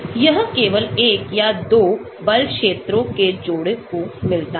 यह केवल एक या 2 बल क्षेत्रों के जोड़े को मिला है